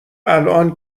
الان